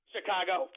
Chicago